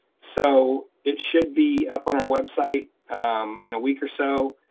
so it should be up on our website in a week or so.